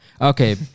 Okay